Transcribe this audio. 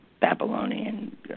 Babylonian